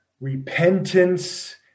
repentance